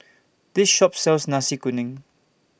This Shop sells Nasi Kuning